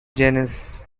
genus